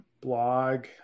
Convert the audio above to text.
blog